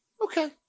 Okay